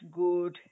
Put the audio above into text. good